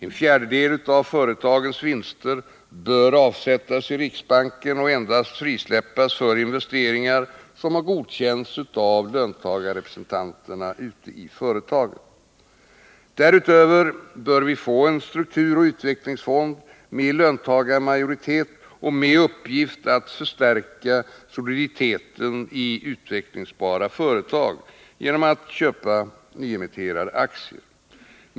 En fjärdedel av företagens vinster bör avsättas i riksbanken och endast frisläppas för investeringar som har godkänts av löntagarrepresentanterna ute i företagen. Därutöver bör vi få en strukturoch utvecklingsfond med löntagarmajoritet och med uppgift att förstärka soliditeten i utvecklingsbara företag, genom köp av nyemitterade aktier.